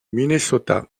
minnesota